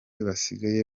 basigaye